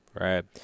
Right